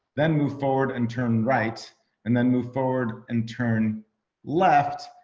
then move forward and turn right and then move forward and turn left,